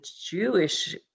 Jewish